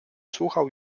słuchał